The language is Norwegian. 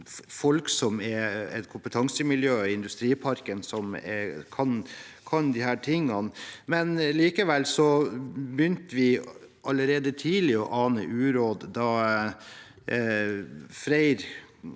folk som er i et kompetansemiljø i industriparken, og som kan disse tingene. Likevel begynte vi allerede tidlig å ane uråd da Freyr